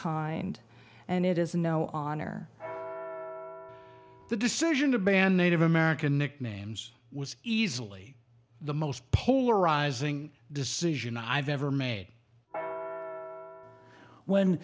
kind and it is now on or the decision to ban native american nicknames was easily the most polarizing decision i've ever made when